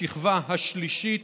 השכבה השלישית,